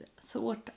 thought